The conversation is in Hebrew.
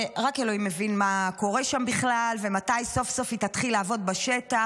רק אלוהים מבין מה קורה שם בכלל ומתי סוף-סוף היא תתחיל לעבוד בשטח,